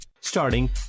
Starting